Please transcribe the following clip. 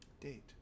date